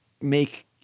make